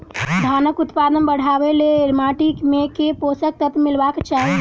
धानक उत्पादन बढ़ाबै लेल माटि मे केँ पोसक तत्व मिलेबाक चाहि?